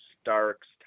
Starks